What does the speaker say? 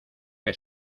que